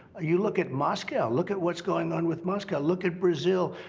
you look at moscow. look at what's going on with moscow. look at brazil.